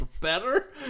better